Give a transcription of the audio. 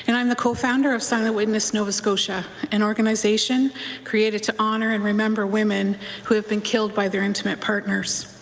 and i'm the cofounder of silent witness nova scotia. an organization created to honour and remember women who have been killed by their intimate partners.